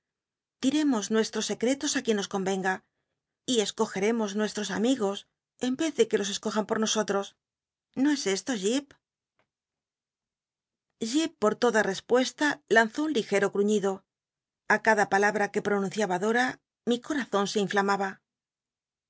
diremos nuestros secretos á quien nos con renga y escogeremos nuestros amigos en ycz de r ne los escojan po r nosotros no es esto jip jip por toda respuesta lanzó un ligero gruñiuo a cada palabra que pronunciaba dora mi corazon e inflamaba